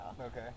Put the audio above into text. Okay